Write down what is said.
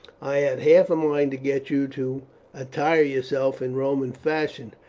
i had half a mind to get you to attire yourself in roman fashion,